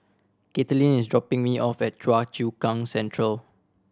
Katelin is dropping me off at Choa Chu Kang Central